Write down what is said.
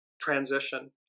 transition